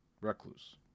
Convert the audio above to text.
Recluse